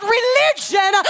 religion